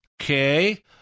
Okay